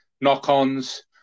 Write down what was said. knock-ons